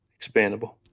Expandable